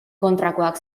kontrakoak